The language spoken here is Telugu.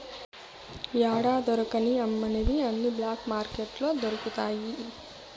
యాడా దొరకని అమ్మనివి అన్ని బ్లాక్ మార్కెట్లో దొరుకుతాయి